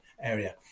area